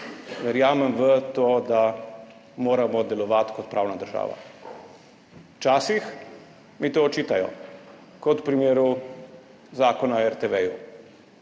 Verjamem v to, da moramo delovati kot pravna država. Včasih mi to očitajo, kot v primeru Zakona o RTV,